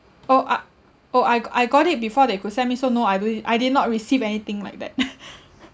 oh uh oh I go~ I got it before they could send me so no I didn't I did not receive anything like that